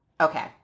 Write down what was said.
Okay